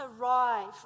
arrive